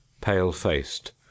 pale-faced